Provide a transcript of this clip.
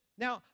Now